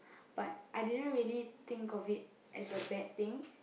but I didn't really think of it as a bad thing